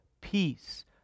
peace